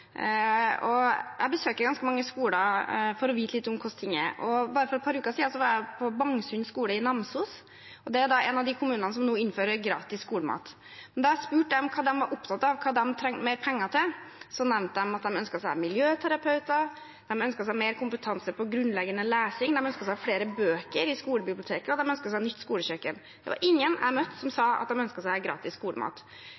Jeg besøker ganske mange skoler for å få vite litt om hvordan ting er. Bare for et par uker siden var jeg på Bangsund skole i Namsos. Det er en av de kommunene som nå innfører gratis skolemat. Da jeg spurte dem hva de var opptatt av, hva de trenger mer penger til, nevnte de at de ønsket seg miljøterapeuter, de ønsker seg mer kompetanse på grunnleggende lesing. De ønsket seg flere bøker i skolebiblioteket, og de ønsket seg nytt skolekjøkken. Det var ingen jeg møtte, som